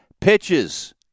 pitches